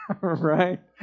Right